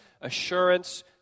assurance